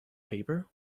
paper